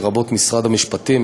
לרבות משרד המשפטים,